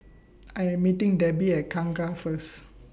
I Am meeting Debi At Kangkar First